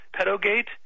Pedogate